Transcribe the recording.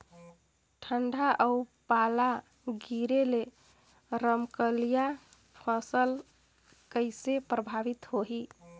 ठंडा अउ पाला गिरे ले रमकलिया फसल कइसे प्रभावित होही?